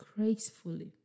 gracefully